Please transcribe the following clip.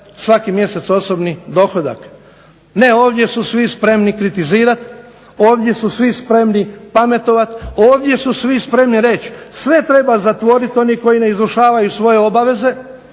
svaki mjesec osobni dohodak. Ne, ovdje su svi spremni kritizirati, ovdje su svi spremni pametovati, ovdje su svi spremni reći sve treba zatvorit oni koji ne izvršavaju svoje obaveze,